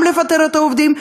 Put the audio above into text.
גם לפטר את העובדים,